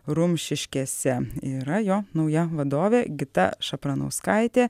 rumšiškėse yra jo nauja vadovė gita šapranauskaitė